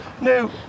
No